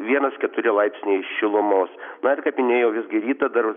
vienas keturi laipsniai šilumos na ir kaip minėjau visgi rytą dar